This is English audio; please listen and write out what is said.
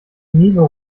neither